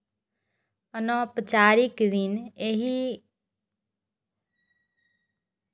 अनौपचारिक ऋण लोग एहि खातिर लै छै कियैकि ओकरा पास ऋण चुकाबै के क्षमता नै होइ छै